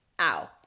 ow